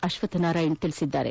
ಅಶ್ವಥ್ ನಾರಾಯಣ ತಿಳಿಸಿದ್ದಾರೆ